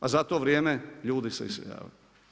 A za to vrijeme ljudi se iseljavaju.